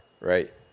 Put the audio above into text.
right